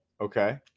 Okay